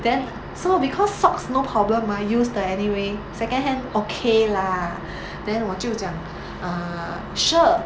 then so because socks no problem mah used 的 anyway second hand okay lah then 我就讲 uh sure